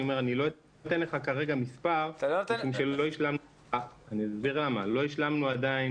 אני לא אתן לך כרגע מספר משום שלא השלמנו עדיין